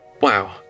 Wow